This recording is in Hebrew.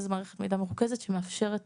איזו מערכת מידע מרוכזת שמאפשרת